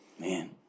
Man